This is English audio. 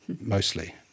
mostly